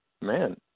man